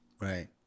Right